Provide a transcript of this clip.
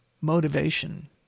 motivation